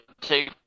Take